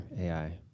AI